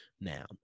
Now